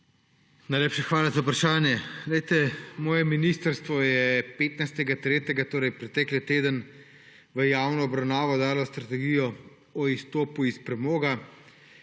Najlepša hvala za vprašanje. Moje ministrstvo je 15. 3., torej pretekli teden, v javno obravnavo dalo strategijo o izstopu iz premoga,